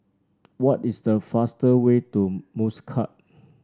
what is the fastest way to Muscat